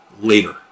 later